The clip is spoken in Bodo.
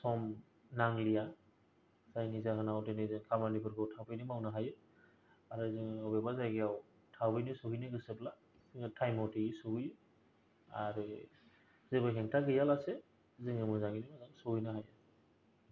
सम नांलिया जायनि जाहोनाव दिनै जों खामानि फोरखौ थाबैनो मावनो हायो आरो जोङो अबेबा जायगायाव थाबैनो सहैनो गोसोब्ला टायम मथे सहैयो आरो जेबो हेंथा गैया लासे जोङो मोजाङैनो मोजां सौहैनोहायो